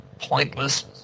pointless